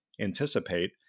anticipate